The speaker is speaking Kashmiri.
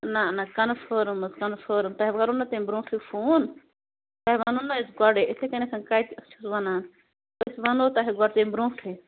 نہَ نہَ کَنٛفٲرٕم حظ کَنٛفٲرٕم تۄہہِ کَرَو نا تَمہِ برٛونٛٹھٕے فون تۄہہِ وَنَو نا أسۍ گۄڈٕے یِتھٕے کٔنٮ۪تھ کَتہِ چھُ وَنان أسۍ وَنَو تۄہہِ گۄڈٕ تَمہِ برٛونٛٹھٕے